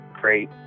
great